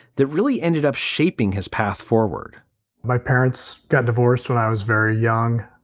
that really ended up shaping his path forward my parents got divorced when i was very young.